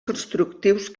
constructius